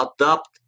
adapt